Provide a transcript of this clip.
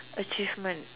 achievement